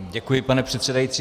Děkuji, pane předsedající.